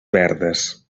verdes